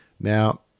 Now